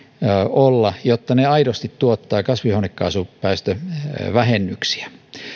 olla jotta ne aidosti tuottavat kasvihuonekaasupäästövähennyksiä